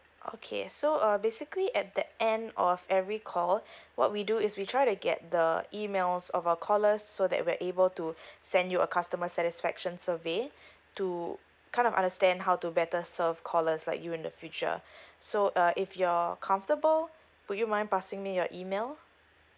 okay so uh basically at the end of every call what we do is we try to get the emails of our callers so that we're able to send you a customer satisfaction survey to kind of understand how to better serve callers like you in the future so uh if you're comfortable could you mind passing me your email